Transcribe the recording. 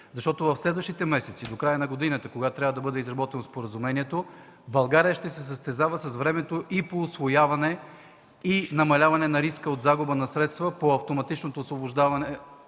кажем. В следващите месеци, до края на годината, когато трябва да бъде изработено споразумението, България ще се състезава с времето и по усвояване и намаляване на риска от загуба на средства по автоматичното освобождаване